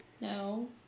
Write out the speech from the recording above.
No